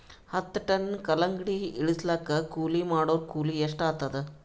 ಹತ್ತ ಟನ್ ಕಲ್ಲಂಗಡಿ ಇಳಿಸಲಾಕ ಕೂಲಿ ಮಾಡೊರ ಕೂಲಿ ಎಷ್ಟಾತಾದ?